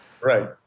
Right